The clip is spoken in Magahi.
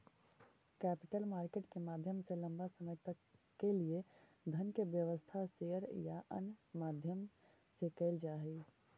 कैपिटल मार्केट के माध्यम से लंबा समय तक के लिए धन के व्यवस्था शेयर या अन्य माध्यम से कैल जा हई